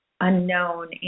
unknown